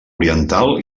oriental